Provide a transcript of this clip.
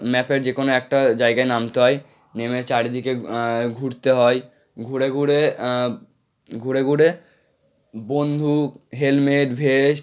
ম্যাপের যে কোনো একটা জায়গায় নামতে হয় নেমে চারিদিকে ঘুরতে হয় ঘুরে ঘুরে ঘুরে ঘুরে বন্দুক হেলমেট ভেস্ট